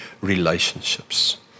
relationships